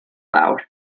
fawr